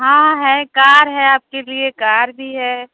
हाँ है कार है आपके लिए कार भी है